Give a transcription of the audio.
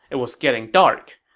it was getting dark.